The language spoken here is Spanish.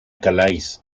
calais